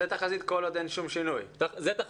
זו תחזית כל עוד אין שום שינוי של הקיים?